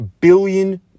billion